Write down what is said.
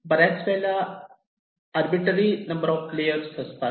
बऱ्याच वेळेला arbitrary number of layers असतात